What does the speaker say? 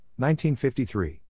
1953